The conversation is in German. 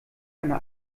eine